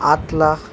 আঠ লাখ